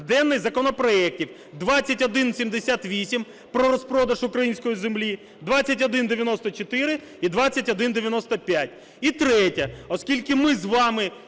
денний законопроектів 2178 про розпродаж української землі, 2194 і 2195. І третє. Оскільки ми з вами